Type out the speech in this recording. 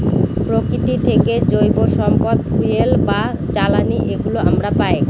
প্রকৃতি থেকে জৈব সম্পদ ফুয়েল বা জ্বালানি এগুলো আমরা পায়